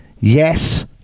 Yes